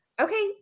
Okay